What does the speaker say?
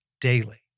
daily